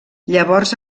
llavors